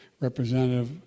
Representative